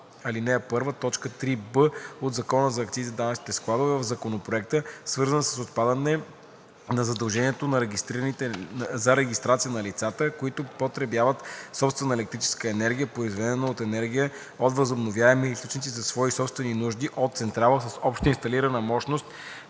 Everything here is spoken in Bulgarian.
ал. 1, т. 3б от Закона за акцизите и данъчните складове в Законопроекта, свързана с отпадане на задължението за регистрация на лицата, които потребяват собствена електрическа енергия, произведена от енергия от възобновяеми източници за свои собствени нужди от централа с обща инсталирана общност